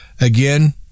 again